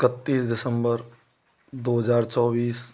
इकत्तीस दिसम्बर दो हज़ार चौबीस